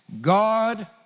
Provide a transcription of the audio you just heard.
God